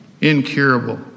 incurable